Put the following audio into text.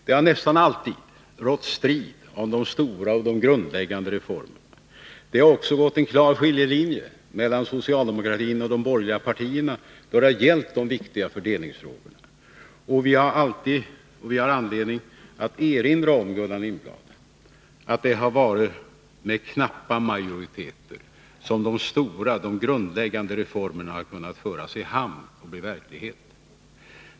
Det har nästan alltid rått strid om de stora och grundläggande reformerna. Det har också gått en klar skiljelinje mellan socialdemokratin och de borgerliga partierna när det har gällt de viktiga fördelningsfrågorna. Vi har anledning, Gullan Lindblad, att erinra om att det har varit med knapp majoritet som de stora och grundläggande reformerna har kunnat föras i hamn och bli verklighet.